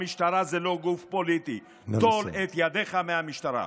המשטרה זה לא גוף פוליטי, טול את ידיך מהמשטרה.